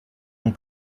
l’on